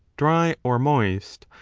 dry or moist,